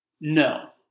No